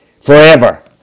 forever